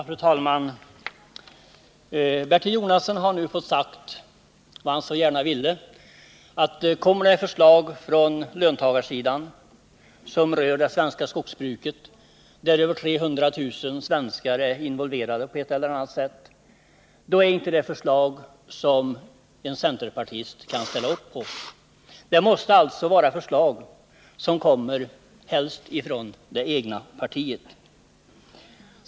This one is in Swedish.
Fru talman! Bertil Jonasson har nu fått sagt vad han så gärna ville säga: Kommer det förslag från löntagarsidan som rör det svenska skogsbruket, där över 300 000 svenskar är involverade på ett eller annat sätt, då är inte det förslag som en centerpartist kan ställa upp på. Det bör alltså helst vara förslag som kommer från det egna partiet.